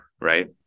Right